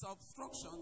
obstruction